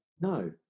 no